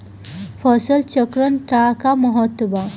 फसल चक्रण क का महत्त्व बा?